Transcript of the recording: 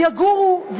ויגורו,